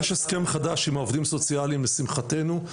יש הסכם חדש עם העובדים הסוציאליים לשמחתנו,